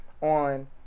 on